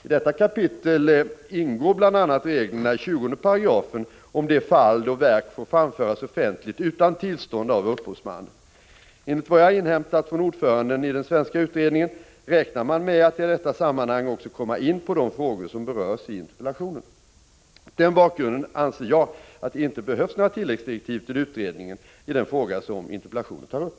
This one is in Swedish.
I detta kapitel ingår bl.a. reglerna i 20 § om de fall då verk får framföras offentligt utan tillstånd av upphovsmannen. Enligt vad jag har inhämtat från ordföranden i den svenska utredningen räknar man med att i detta sammanhang också komma in på de frågor som berörs i interpellationen. Mot denna bakgrund anser jag att det inte behövs några tilläggsdirektiv till utredningen i den fråga som interpellationen tar upp.